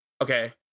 okay